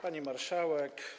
Pani Marszałek!